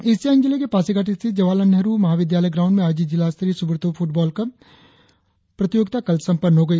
east Siang जिले के पासीघाट स्थित जवाहारलाल नेहरु महाविद्यालय ग्राऊंड में आयोजित जिला स्तरीय सुब्रतों मुखर्जी कप फुटबॉल प्रतियोगिता कल संपन्न हो गई